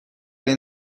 این